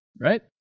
right